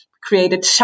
created